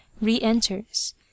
re-enters